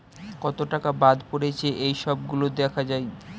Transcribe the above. কত টাকা বাদ পড়েছে এই সব গুলো দেখা যায়